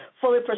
Fully